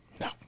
No